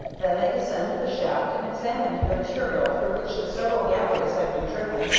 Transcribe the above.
then they descended the shaft and examined the material through which the several galleries had been driven,